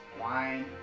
Wine